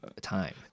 time